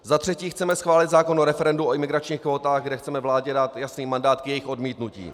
Za třetí chceme schválit zákon o referendu o imigračních kvótách, kde chceme vládě dát jasný mandát k jejich odmítnutí.